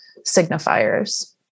signifiers